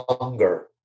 longer